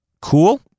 Cool